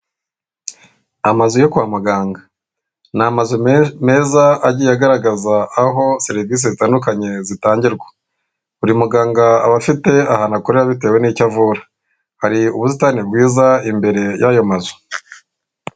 Amazu yo kwa muganga ni amazu meza agiye agaragaza aho serivisi zitandukanye zitangirwa, buri muganga aba afite ahantu akorera bitewe n'icyo avura, hari ubusitani bwiza imbere y'ayo mazu.